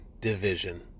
division